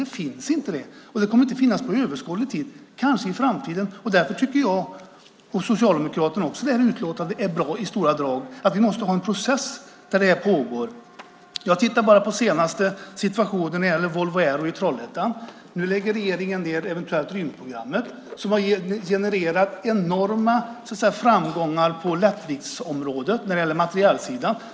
Det finns inte någon sådan, och det kommer inte att finnas det under överskådlig tid, men kanske i framtiden. Därför tycker jag och Socialdemokraterna att utlåtandet i stora drag är bra. Vi måste ha en process där detta pågår. Jag ser på situationen för Volvo Aero i Trollhättan. Nu lägger regeringen eventuellt ned rymdprogrammet, som har genererat enorma framgångar på lättviktsområdet på materielsidan.